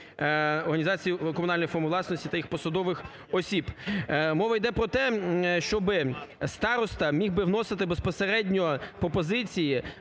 організацій комунальних форм власності та їх посадових осіб. Мова йде про те, щоби староста міг би вносити безпосередньо пропозиції